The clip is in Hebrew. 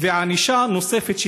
וענישה נוספת,